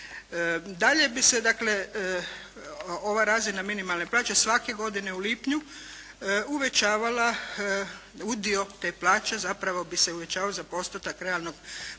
Dalje bi se, dakle, ova razina minimalne plaće svake godine u lipnju uvećavala, udio te plaće zapravo bi se uvećavao za postotak realnog porasta